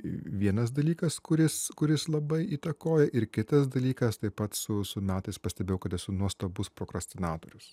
vienas dalykas kuris kuris labai įtakoja ir kitas dalykas taip pat su metais pastebėjau kad esu nuostabus prokrastinatorius